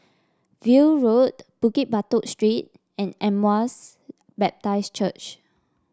View Road Bukit Batok Street and Emmaus Baptist Church